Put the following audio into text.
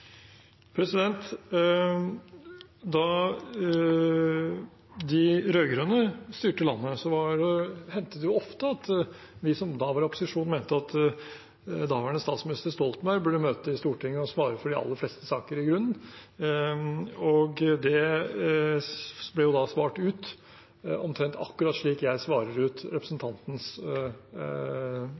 Da de rød-grønne styrte landet, hendte det ofte at de som da var i opposisjon, mente at daværende statsminister Stoltenberg i grunnen burde møte i Stortinget og svare for de aller fleste saker. Det ble da svart ut omtrent akkurat slik jeg svarer ut representantens